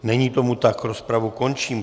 Není tomu tak, rozpravu končím.